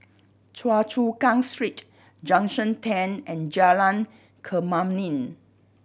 Choa Chu Kang Street Junction Ten and Jalan Kemuning